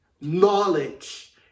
knowledge